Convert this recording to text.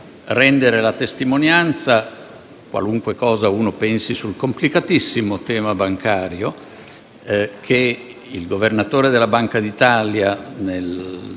rendere la testimonianza - qualunque cosa uno pensi sul complicatissimo tema bancario - del fatto che il Governatore della Banca d'Italia,